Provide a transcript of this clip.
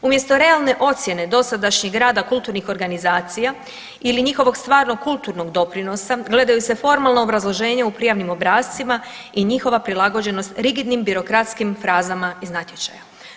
Umjesto realne ocijene dosadašnjeg grada kulturnih organizacija ili njihovog stvarnog kulturnog doprinosa gledaju se formalna obrazloženja u prijavnim obrascima i njihova prilagođenost rigidnim birokratskih frazama iz natječaja.